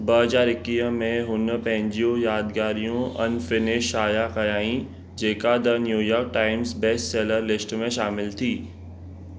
ॿ हज़ार एकीह में हुन पंहिंजियूं यादगारियूं अनफिनिश शाया कयाईं जेका the New York Times best seller list में शामिलु थी